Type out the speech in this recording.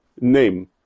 name